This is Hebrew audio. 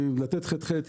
חיזוק חיובי,